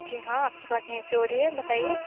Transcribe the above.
جی ہاں آپ کی بات یہیں سے ہو رہی ہے بتائیے